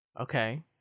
Okay